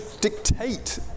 dictate